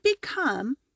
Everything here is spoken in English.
become